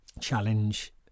challenge